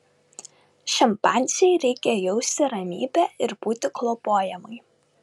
šimpanzei reikia jausti ramybę ir būti globojamai